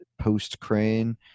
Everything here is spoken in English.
post-crane